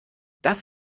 das